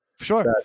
Sure